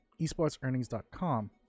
esportsearnings.com